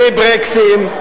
בלי ברקסים.